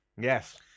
yes